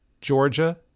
Georgia